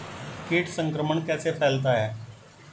कीट संक्रमण कैसे फैलता है?